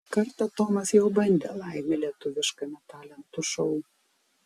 kartą tomas jau bandė laimę lietuviškame talentų šou